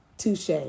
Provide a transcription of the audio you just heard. Touche